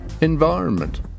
Environment